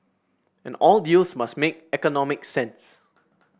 and all deals must make economic sense